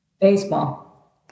Baseball